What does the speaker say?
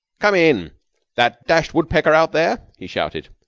come in that dashed woodpecker out there! he shouted,